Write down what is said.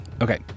Okay